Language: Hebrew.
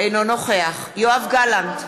אינו נוכח יואב גלנט,